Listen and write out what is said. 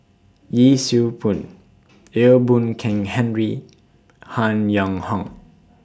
Yee Siew Pun Ee Boon Kong Henry Han Yong Hong